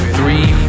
Three